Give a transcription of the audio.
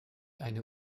eine